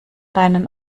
deinen